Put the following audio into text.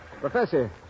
Professor